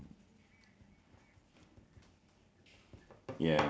smoking that one is a fruits ah fruit fruits and the cup ah